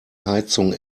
heizung